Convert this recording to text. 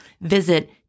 Visit